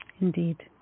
Indeed